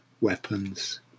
weapons